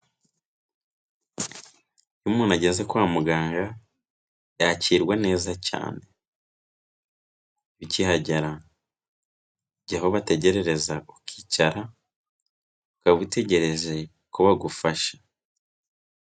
Iyo umuntu ageze kwa muganga yakirwa neza cyane, ukihagera ujya aho bategerereza ukicara ukaba utegereje ko bagufasha.